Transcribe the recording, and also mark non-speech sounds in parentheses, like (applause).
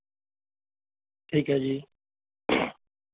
ਠੀਕ ਹੈ ਜੀ (unintelligible)